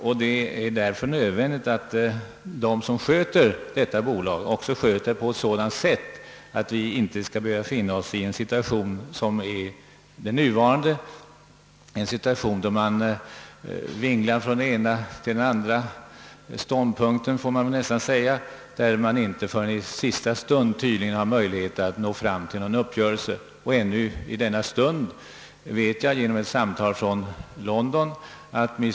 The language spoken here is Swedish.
Därför är det nödvändigt att de som sköter detta bolag gör det på ett sådant sätt att vi inte skall behöva finna oss i en situation som den nuvarande, då man vinglar från ena ståndpunkten till den andra och tydligen inte förrän i sista stund haft möjlighet att nå fram till en position som kan leda till uppgörelse. Jag vet genom ett telefonsamtal från London i dag att Mr.